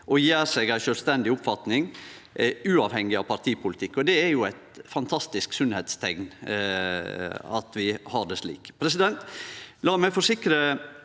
og gjer seg ei sjølvstendig oppfatning, uavhengig av partipolitikk. Det er eit fantastisk sunnheitsteikn at vi har det slik. La meg forsikre